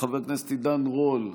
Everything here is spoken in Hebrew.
חבר הכנסת עידן רול,